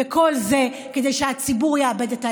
וכל זה כדי שהציבור יאבד את האמון.